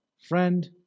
Friend